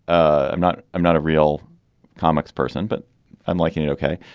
ah i'm not i'm not a real comics person, but i'm liking it. ok.